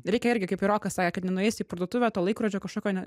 reikia irgi kaip ir rokas sakė kad nueis į parduotuvę to laikrodžio kažkokio